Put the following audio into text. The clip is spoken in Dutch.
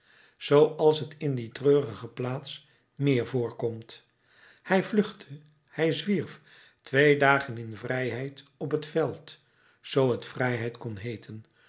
zooals t in die treurige plaats meer voorkomt hij vluchtte hij zwierf twee dagen in vrijheid op het veld zoo het vrijheid kon heeten